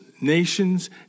nations